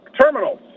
terminals